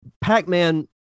Pac-Man